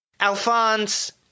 Alphonse